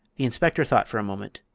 the inspector thought for a moment.